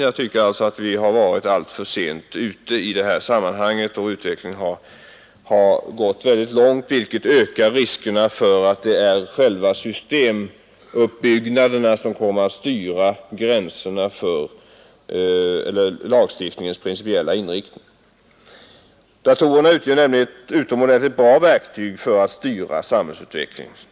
Jag tycker alltså att vi har varit alltför sent ute i det här sammanhanget. Utvecklingen har gått väldigt långt, vilket ökar risken för att själva systemuppbyggnaderna kommer att styra lagstiftningens principiella inriktning. Datorerna utgör nämligen ett utomordentligt bra verktyg för att styra samhällsutvecklingen.